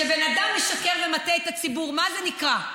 כשבן אדם משקר ומטעה את הציבור, מה זה נקרא?